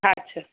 अच्छा